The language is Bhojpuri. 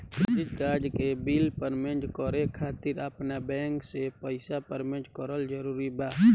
क्रेडिट कार्ड के बिल पेमेंट करे खातिर आपन बैंक से पईसा पेमेंट करल जरूरी बा?